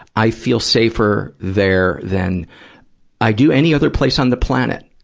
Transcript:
i feel safer there than i do any other place on the planet.